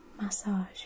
massage